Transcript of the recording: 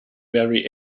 very